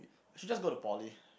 I should just go to poly